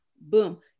Boom